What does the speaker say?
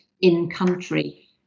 in-country